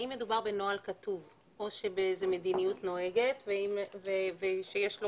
האם מדובר בנוהל כתוב או במדיניות נוהגת ושיש לו